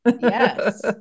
Yes